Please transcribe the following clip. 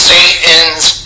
Satan's